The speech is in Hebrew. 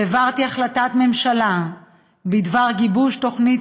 העברתי החלטת ממשלה בדבר גיבוש תוכנית